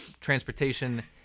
transportation